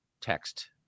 text